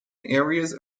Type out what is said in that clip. areas